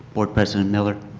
board president miller,